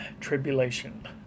tribulation